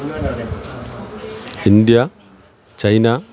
India China